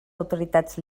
autoritats